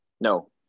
No